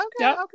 Okay